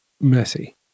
messy